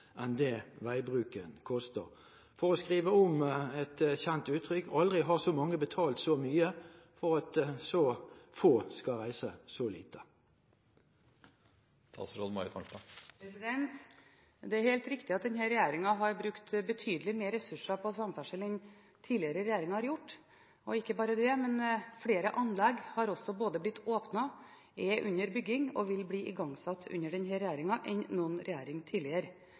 det veibruken koster. For å skrive om et kjent uttrykk: Aldri har så mange betalt så mye for at så få skal reise så lite. Det er helt riktig at denne regjeringen har brukt betydelig mer ressurser på samferdsel enn tidligere regjeringer har gjort. Ikke bare det: Flere anlegg er blitt åpnet, er under bygging og vil bli igangsatt under denne regjeringen enn under noen regjering tidligere.